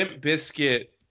biscuit